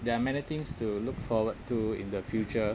there are many things to look forward to in the future